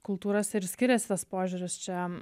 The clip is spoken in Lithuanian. kultūrose ir skiriasi tas požiūris čia